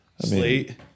Slate